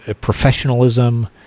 professionalism